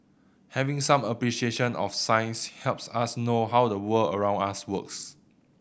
having some appreciation of science helps us know how the world around us works